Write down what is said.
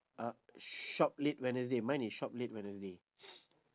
ah shop late wednesday mine is shop late wednesday